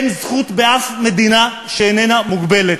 באף מדינה אין זכות שאיננה מוגבלת.